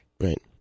Right